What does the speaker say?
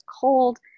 cold